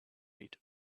eat